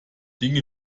dinge